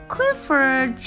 Clifford